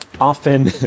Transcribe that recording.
often